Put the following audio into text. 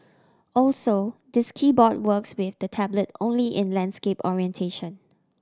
also this keyboard works with the tablet only in landscape orientation